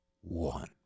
one